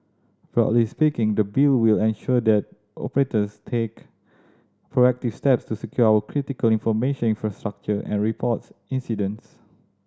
broadly speaking the Bill will ensure that operators take proactive steps to secure our critical information infrastructure and reports incidents